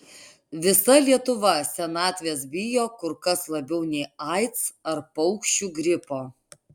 visa lietuva senatvės bijo kur kas labiau nei aids ar paukščių gripo